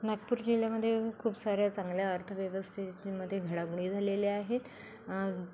नागपूर जिल्ह्यामध्ये खूप साऱ्या चांगल्या अर्थव्यवस्थेमध्ये घडामोडी झालेल्या आहेत